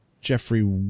Jeffrey